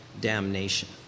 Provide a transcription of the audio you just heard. damnation